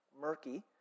murky